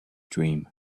dream